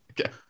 Okay